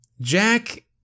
Jack